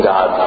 God